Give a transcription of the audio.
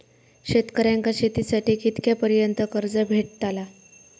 शेतकऱ्यांका शेतीसाठी कितक्या पर्यंत कर्ज भेटताला?